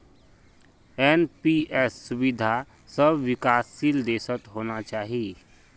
NPS सुविधा सब विकासशील देशत होना चाहिए